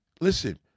Listen